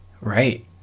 Right